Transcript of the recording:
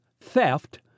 theft